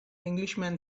englishman